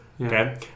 okay